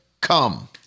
come